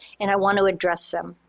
and i want to address them.